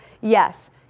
yes